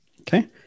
Okay